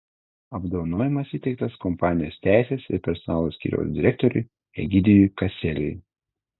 apdovanojimas įteiktas kompanijos teisės ir personalo skyriaus direktoriui egidijui kaseliui